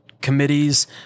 committees